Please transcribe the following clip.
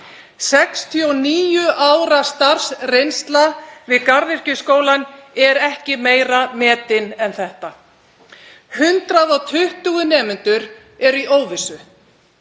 69 ára starfsreynsla við Garðyrkjuskólann er ekki meira metin en þetta. 120 nemendur eru í óvissu.